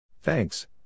Thanks